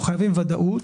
אנחנו חייבים ודאות,